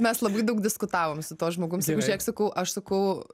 mes labai daug diskutavom su tuo žmogum sakau žiūrėk sakau aš sakau